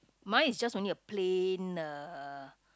mine is just only a plain uh